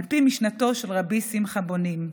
על פי משנתו של רבי שמחה בונים.